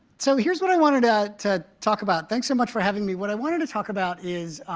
so here's what i wanted to to talk about. thanks so much for having me. what i wanted to talk about is,